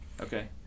Okay